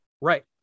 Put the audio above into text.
Right